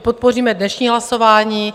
Podpoříme dnešní hlasování.